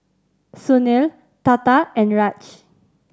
Sunil Tata and Raj